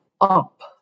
up